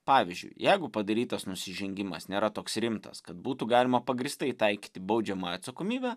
pavyzdžiui jeigu padarytas nusižengimas nėra toks rimtas kad būtų galima pagrįstai taikyti baudžiamąją atsakomybę